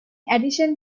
addition